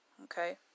Okay